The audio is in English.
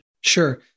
Sure